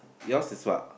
yours is what